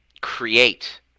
create